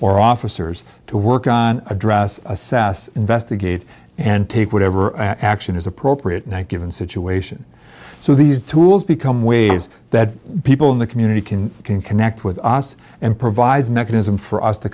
or officers to work on address assess investigate and take whatever action is appropriate and given situation so these tools become ways that people in the community can connect with us and provides a mechanism for us to